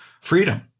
freedom